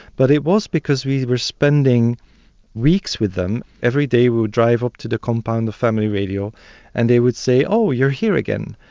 but it was because we were spending weeks with them. them. every day we would drive up to the compound of family radio and they would say, oh, you're here again.